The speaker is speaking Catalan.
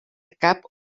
cap